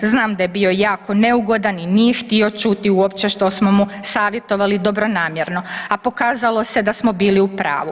Znam da je bio jako neugodan i nije htio čuti uopće što smo mu savjetovali dobronamjerno, a pokazalo se da smo bili u pravu.